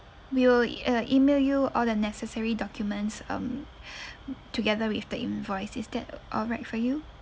we will uh email you all the necessary documents um together with the invoice is that alright for you